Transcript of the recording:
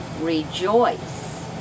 rejoice